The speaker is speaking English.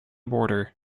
border